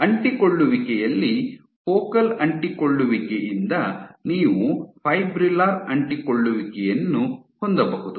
ಅಂಟಿಕೊಳ್ಳುವಿಕೆಯಲ್ಲಿ ಫೋಕಲ್ ಅಂಟಿಕೊಳ್ಳುವಿಕೆಯಿಂದ ನೀವು ಫೈಬ್ರಿಲ್ಲರ್ ಅಂಟಿಕೊಳ್ಳುವಿಕೆಯನ್ನು ಹೊಂದಬಹುದು